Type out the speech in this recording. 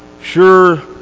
sure